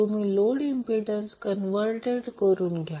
तुम्ही load impedance converted घ्या